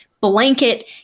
blanket